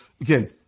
again